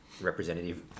representative